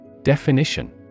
Definition